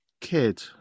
kid